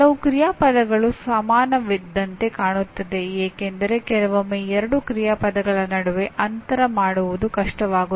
ಕೆಲವು ಕ್ರಿಯಾಪದಗಳು ಸಮಾನವಿದ್ದಂತೆ ಕಾಣುತ್ತವೆ ಏಕೆಂದರೆ ಕೆಲವೊಮ್ಮೆ ಎರಡು ಕ್ರಿಯಾಪದಗಳ ನಡುವೆ ಅಂತರ ಮಾಡುವುದು ಕಷ್ಟವಾಗುತ್ತದೆ